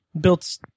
built